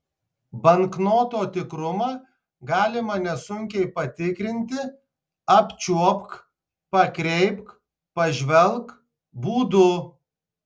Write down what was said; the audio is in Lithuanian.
banknoto tikrumą galima nesunkiai patikrinti apčiuopk pakreipk pažvelk būdu